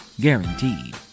Guaranteed